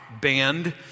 band